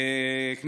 בספטמבר,